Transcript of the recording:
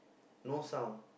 no sound